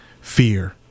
fear